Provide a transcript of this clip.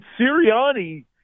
Sirianni